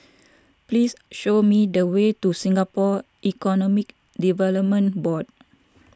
please show me the way to Singapore Economic Development Board